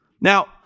Now